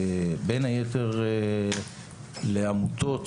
בין היתר לעמותות וארגונים,